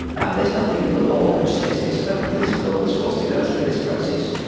and there's nothing in the law which says this. but this girl was forced to go through this process.